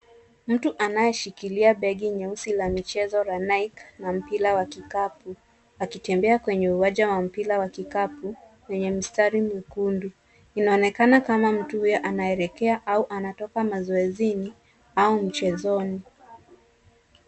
Mtu anayeshikilia begi nyeusi la michezo la Nike na mpira wa kikapu, akitembea kwenye uwanja wa mpira wa kikapu, wenye mistari myekundu. Inaonekana kama mtu huyo anaelekea au anatoka mazoezini, au michezoni.